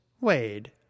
Wade